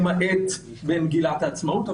למעט במגילת העצמאות.